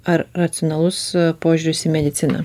ar racionalus požiūris į mediciną